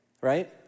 Right